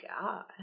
God